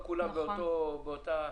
נכון.